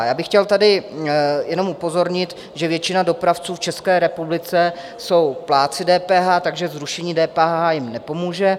Já bych chtěl tady jenom upozornit, že většina dopravců v České republice jsou plátci DPH, takže zrušení DPH jim nepomůže.